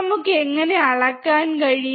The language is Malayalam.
നമുക്ക് എങ്ങനെ അളക്കാൻ കഴിയും